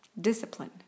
Discipline